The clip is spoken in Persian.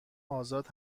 آزاد